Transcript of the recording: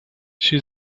she